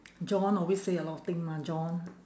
john always say a lot of thing mah john